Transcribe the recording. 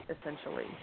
essentially